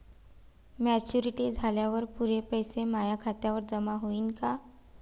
Maturity झाल्यावर पुरे पैसे माया खात्यावर जमा होईन का?